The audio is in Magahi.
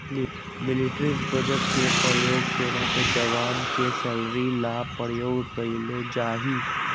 मिलिट्री बजट के प्रयोग सेना के जवान के सैलरी ला प्रयोग कइल जाहई